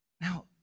Now